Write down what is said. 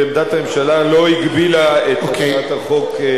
ועמדת הממשלה לא הגבילה את הצעת החוק.